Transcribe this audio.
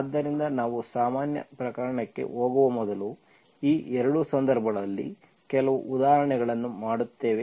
ಆದ್ದರಿಂದ ನಾವು ಸಾಮಾನ್ಯ ಪ್ರಕರಣಕ್ಕೆ ಹೋಗುವ ಮೊದಲು ಈ 2 ಸಂದರ್ಭಗಳಲ್ಲಿ ಕೆಲವು ಉದಾಹರಣೆಗಳನ್ನು ಮಾಡುತ್ತೇವೆ